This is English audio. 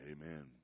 Amen